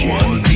one